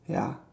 ya